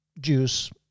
juice